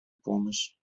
помощь